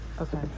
Okay